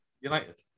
United